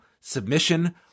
submission